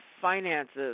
finances